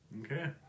Okay